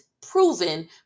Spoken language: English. proven